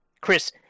Chris